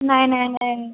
नाही नाही नाही